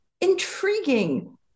intriguing